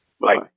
Bye